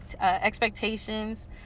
expectations